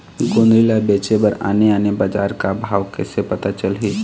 गोंदली ला बेचे बर आने आने बजार का भाव कइसे पता चलही?